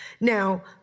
Now